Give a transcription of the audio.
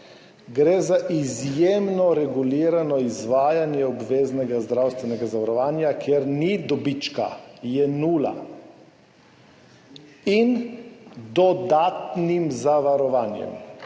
gre za izjemno regulirano izvajanje obveznega zdravstvenega zavarovanja, kjer ni dobička, je nula, in dodatnim zavarovanjem.